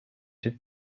did